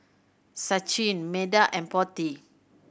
Sachin Medha and Potti